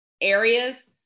areas